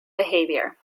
behavior